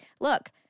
look